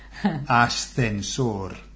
Ascensor